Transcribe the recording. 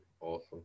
Awesome